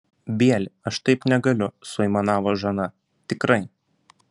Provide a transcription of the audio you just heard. bieli aš taip negaliu suaimanavo žana tikrai